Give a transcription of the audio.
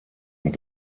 und